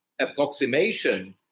approximation